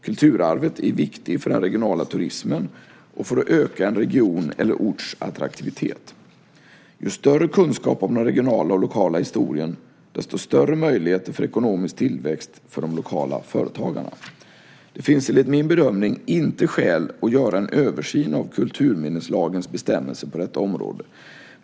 Kulturarvet är viktigt för den regionala turismen och för att öka en regions eller orts attraktivitet. Ju större kunskap om den regionala och lokala historien, desto större möjligheter för ekonomisk tillväxt för de lokala företagarna. Det finns enligt min bedömning inte skäl att göra en översyn av kulturminneslagens bestämmelser på detta område.